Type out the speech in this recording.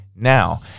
Now